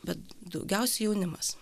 bet daugiausiai jaunimas